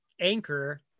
anchor